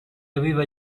aveva